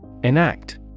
Enact